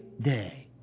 day